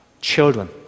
children